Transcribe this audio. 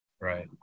Right